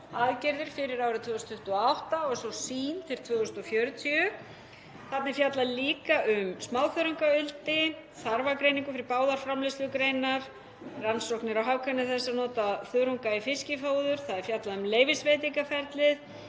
aðgerðir fyrir árið 2028 og svo sýn til 2040. Þarna er fjallað líka um smáþörungaeldi, þarfagreiningu fyrir báðar framleiðslugreinar, rannsóknir á hagkvæmni þess að nota þörunga í fiskifóður. Það er fjallað um leyfisveitingaferlið